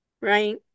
right